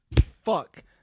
Fuck